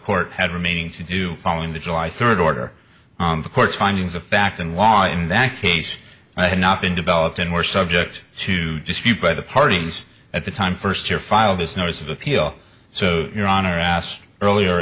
court had remaining to do following the july third order the court's findings of fact and law in that case i had not been developed and were subject to dispute by the parties at the time first year filed his notice of appeal so your honor asked earlier